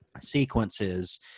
sequences